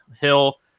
hill